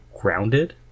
grounded